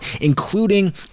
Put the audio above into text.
including